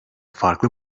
farklı